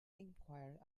enquire